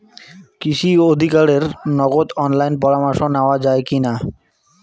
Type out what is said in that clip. কৃষি আধিকারিকের নগদ অনলাইন পরামর্শ নেওয়া যায় কি না?